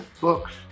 books